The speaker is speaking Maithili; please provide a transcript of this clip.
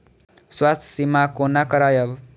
स्वास्थ्य सीमा कोना करायब?